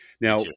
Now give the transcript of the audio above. Now